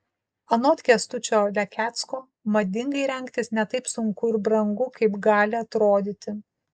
anot kęstučio lekecko madingai rengtis ne taip sunku ir brangu kaip gali atrodyti